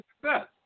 success